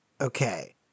Okay